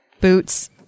Boots